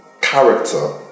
character